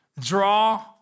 Draw